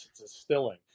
distilling